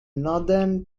northern